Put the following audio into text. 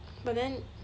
but then